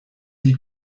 die